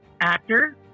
actor